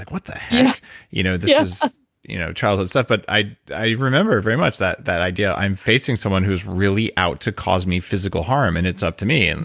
what the heck? you know this yeah is you know childhood stuff. but i i remember very much that that idea. i'm facing someone who's really out to cause me physical harm and up to me, and